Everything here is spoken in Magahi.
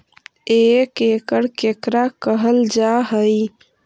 एक एकड़ केकरा कहल जा हइ?